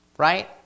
Right